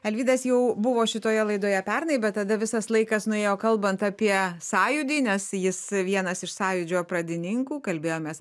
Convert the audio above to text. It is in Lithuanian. alvydas jau buvo šitoje laidoje pernai bet tada visas laikas nuėjo kalbant apie sąjūdį nes jis vienas iš sąjūdžio pradininkų kalbėjomės